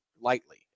lightly